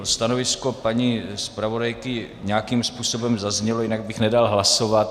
Stanovisko paní zpravodajky nějakým způsobem zaznělo, jinak bych nedal hlasovat.